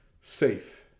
Safe